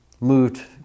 moved